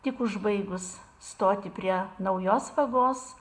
tik užbaigus stoti prie naujos vagos